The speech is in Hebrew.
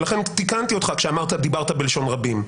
ולכן תיקנתי אותך כשדיברת בלשון רבים.